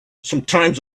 sometimes